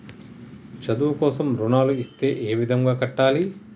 చదువు కోసం రుణాలు ఇస్తే ఏ విధంగా కట్టాలి?